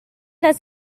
las